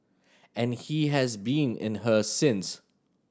and he has been in her since